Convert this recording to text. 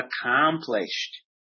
accomplished